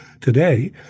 today